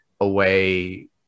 away